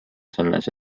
selles